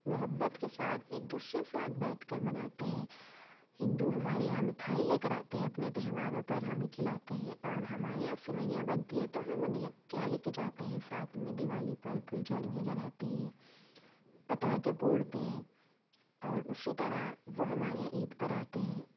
محبت کے ساتھ ایک دوسرے کے ساتھ بیٹھ کر مناتے ہیں ہندو ہمارے یہاں مٹھائی لے کر آتے ہیں اپنے تہواروں پر ہمیں کھلاتے ہیں اور ہمارے یہاں سوئیاں بنتی ہیں تو ہم انہیں کے یہاں لے کے جاتے ہیں ساتھ میں دیوالی پر پھلجھڑیاں جلاتے ہیں پٹاخے پھوڑتے ہیں اور اسی طرح وہ ہمارے یہاں عید پر آتے ہیں